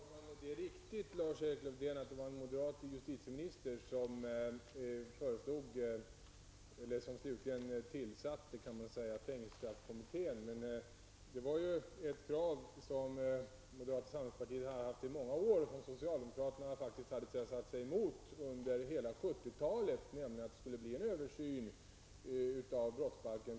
Herr talman! Det är riktigt, Lars-Erik Lövdén, att det var en moderat justitieminister som tillsatte fängelsestraffkommittén. En sådan kommitté var ett krav som moderata samlingspartiet hade haft under många år. Men socialdemokraterna hade under hela 1970-talet satt sig emot en översyn av brottsbalken.